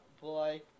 boy